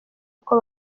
uko